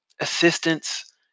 assistance